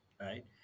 right